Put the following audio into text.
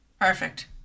perfect